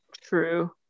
True